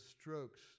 strokes